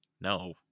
No